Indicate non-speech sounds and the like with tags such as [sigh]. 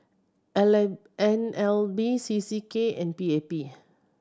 [unintelligible] N L B C C K and P A P